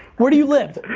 where do you live?